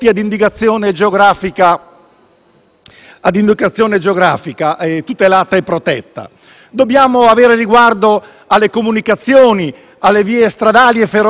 ad indicazione geografica tutelata e protetta. Dobbiamo avere riguardo alle comunicazioni, alle vie stradali e ferroviarie e ai nostri giovani,